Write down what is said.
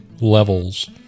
levels